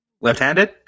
Left-handed